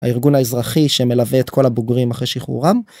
הארגון האזרחי שמלווה את כל הבוגרים אחרי שחרורם.